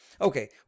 Okay